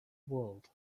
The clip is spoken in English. world